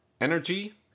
energy